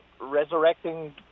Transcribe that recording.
resurrecting